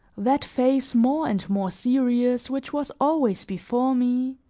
that face more and more serious, which was always before me,